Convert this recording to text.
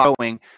showing